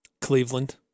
Cleveland